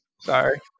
Sorry